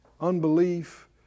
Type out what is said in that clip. Unbelief